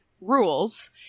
rules